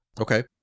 Okay